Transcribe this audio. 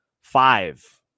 Five